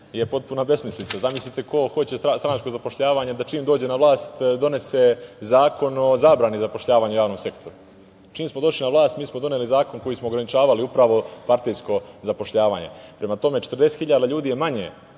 je potpuna besmislica. Zamislite ko hoće stranačko zapošljavanje da čim dođe na vlast donese Zakon o zabrani zapošljavanja u javnom sektoru. Čim smo došli na vlast mi smo doneli zakon kojim smo ograničavali upravo partijsko zapošljavanje. Prema tome, 40.000 ljudi je manje